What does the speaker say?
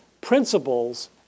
principles